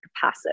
passive